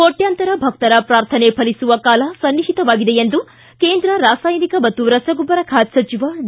ಕೋಟ್ಡಾಂತರ ಭಕ್ತರ ಪ್ರಾರ್ಥನೆ ಫಲಿಸುವ ಕಾಲ ಸನ್ನಿಹಿತವಾಗಿದೆ ಎಂದು ಕೇಂದ್ರ ರಾಸಾಯನಿಕ ಮತ್ತು ರಸಗೊಬ್ಬರ ಖಾತೆ ಸಚಿವ ಡಿ